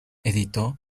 editó